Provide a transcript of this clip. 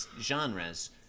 genres